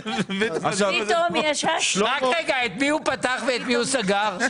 רק רגע, את מי הוא פתח ואת מי הוא סגר?